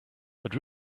but